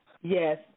Yes